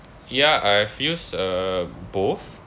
ya I've used uh both